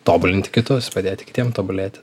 tobulinti kitus padėti kitiem tobulėti